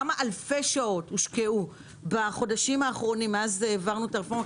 כמה אלפי שעות הושקעו בחודשים האחרונים מאז שהעברנו את הרפורמה,